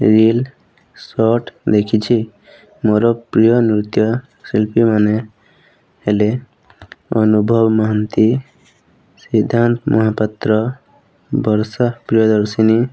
reel short ଦେଖିଛି ମୋର ପ୍ରିୟ ନୃତ୍ୟ ଶିଳ୍ପୀମାନେ ହେଲେ ଅନୁଭବ ମହାନ୍ତି ସିଦ୍ଧାନ୍ତ ମହାପାତ୍ର ବର୍ଷା ପ୍ରିୟଦର୍ଶିନୀ